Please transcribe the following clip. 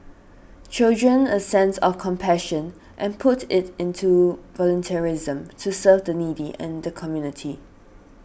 children a sense of compassion and put it into volunteerism to serve the needy and the community